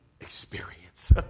Experience